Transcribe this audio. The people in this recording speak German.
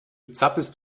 zappelst